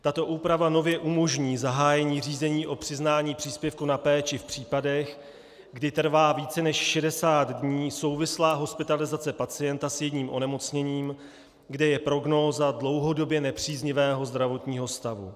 Tato úprava nově umožní zahájení řízení o přiznání příspěvku na péči v případech, kdy trvá více než 60 dní souvislá hospitalizace pacienta s jedním onemocněním, kde je prognóza dlouhodobě nepříznivého zdravotního stavu.